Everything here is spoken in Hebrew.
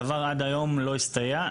דבר עד היום לא הסתייע.